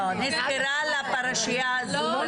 לא, נשכרה לפרשיה הזו במיוחד.